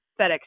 FedEx